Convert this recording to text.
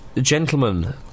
Gentlemen